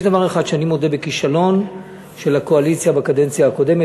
יש דבר אחד שבו אני מודה בכישלון של הקואליציה בקדנציה הקודמת.